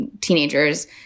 teenagers